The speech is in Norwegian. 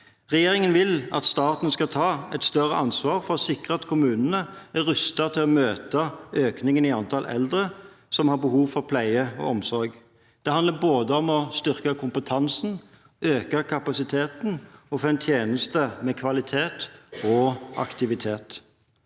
Regjeringen vil at staten skal ta et større ansvar for å sikre at kommunene er rustet til å møte økningen i antall eldre som har behov for pleie og omsorg. Det handler både om å styrke kompetansen og øke kapasiteten og om å få en tjeneste med kvalitet og aktivitet.